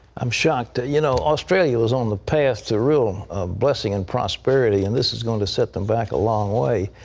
i'm shocked. you know australia was on the path to real blessing and prosperity, and this is going to set them back a long way.